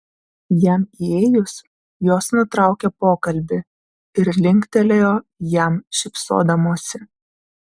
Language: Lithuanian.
jam įėjus jos nutraukė pokalbį ir linktelėjo jam šypsodamosi